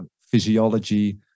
physiology